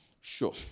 sure